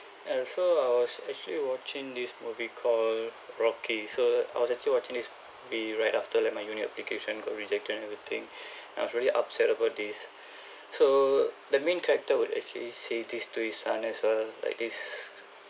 and so I was actually watching this movie call rocky so I was actually watching this movie right after like my uni application got rejected and everything and I was really upset about this so the main character would actually say this to his son as a like this